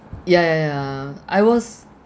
ya ya ya I was